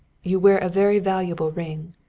you wear a very valuable ring.